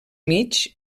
mig